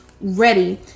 ready